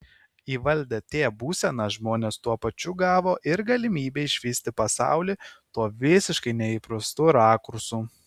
įvaldę t būseną žmonės tuo pačiu gavo ir galimybę išvysti pasaulį tuo visiškai neįprastu rakursu